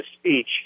speech